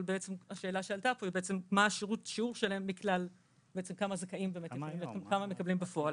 אבל השאלה שעלתה פה היא מה השיעור שלהם מכלל הזכאים וכמה מקבלים בפועל,